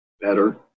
better